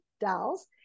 dolls